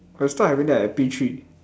first time i went there at P three